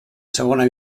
segona